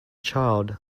child